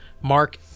Mark